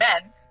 men